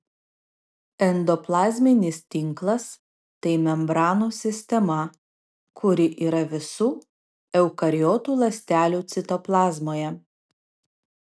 endoplazminis tinklas tai membranų sistema kuri yra visų eukariotų ląstelių citoplazmoje